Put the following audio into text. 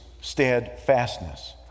steadfastness